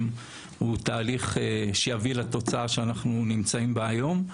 הוא תהליך שיביא לתוצאה שאנחנו נמצאים בה היום.